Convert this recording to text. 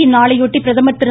இந்நாளையொட்டி பிரதமர் திரு